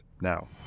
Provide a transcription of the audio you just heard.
now